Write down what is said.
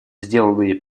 сделанные